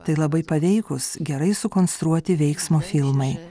tai labai paveikūs gerai sukonstruoti veiksmo filmai